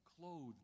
clothed